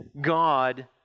God